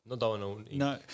No